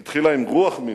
היא התחילה עם רוח מינכן,